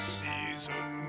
season